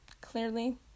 Clearly